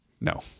No